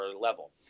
level